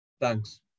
Thanks